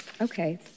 okay